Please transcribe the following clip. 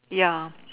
ya